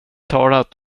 talat